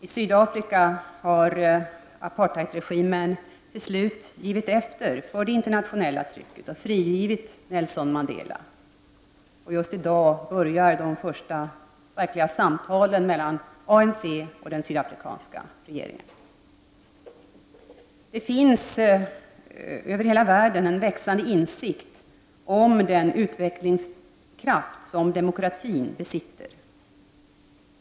I Sydafrika har apartheidregimen till slut givit efter för det internationella trycket och frigivit Nelson Mandela. Just i dag börjar de första verkliga samtalen mellan ANC och den sydafrikanska regeringen. Det finns över hela världen en växande insikt om den utvecklingskraft som demokratin besitter.